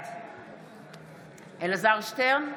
בעד אלעזר שטרן,